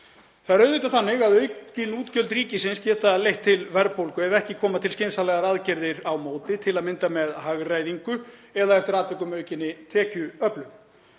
Það er auðvitað þannig að aukin útgjöld ríkisins geta leitt til verðbólgu ef ekki koma til skynsamlegar aðgerðir á móti, til að mynda með hagræðingu eða eftir atvikum aukinni tekjuöflun.